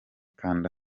kanda